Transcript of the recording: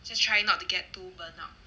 just try not to get too burnout